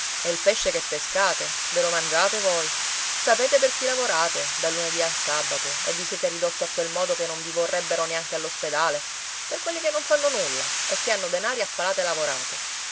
il pesce che pescate ve lo mangiate voi sapete per chi lavorate dal lunedì al sabato e vi siete ridotto a quel modo che non vi vorrebbero neanche all'ospedale per quelli che non fanno nulla e che hanno denari a palate lavorate